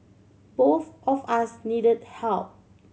both of us need help